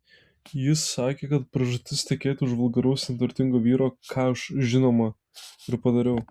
ji sakė kad pražūtis tekėti už vulgaraus neturtingo vyro ką aš žinoma ir padariau